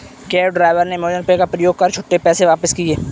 cab driver ने Amazon Pay का प्रयोग कर छुट्टे पैसे वापस किए